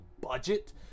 budget